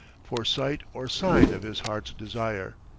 for sight or sign of his heart's desire.